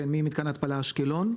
ממתקן ההתפלה אשקלון,